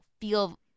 feel